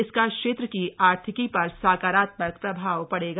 इसका क्षेत्र की आर्थिकी पर सकारात्मक प्रभाव पड़ेगा